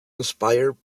inspired